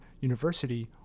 University